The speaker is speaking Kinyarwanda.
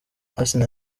asinah